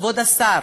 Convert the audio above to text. כבוד השר,